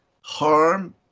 harm